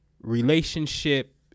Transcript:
relationship